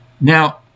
Now